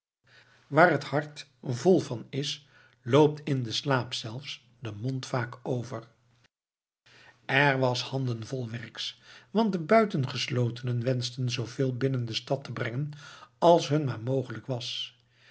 waar het hart vol van is daarvan loopt in den slaap zelfs de mond vaak over er was handen vol werks want de buiten geslotenen wenschten zooveel binnen de stad te brengen als hun maar mogelijk was